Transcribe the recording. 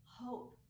hope